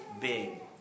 big